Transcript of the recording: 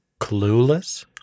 clueless